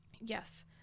yes